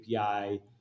API